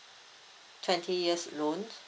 twenty years loan